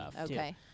Okay